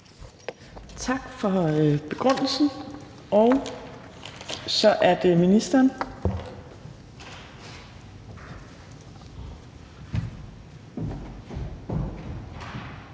Tak for begrundelsen, og så er det ministeren.